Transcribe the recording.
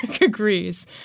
agrees